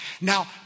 Now